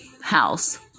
house